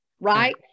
right